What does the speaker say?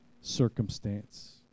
circumstance